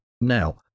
Now